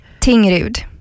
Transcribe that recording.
Tingrud